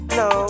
no